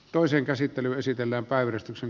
toisen käsittelyn esitellä päivystyksen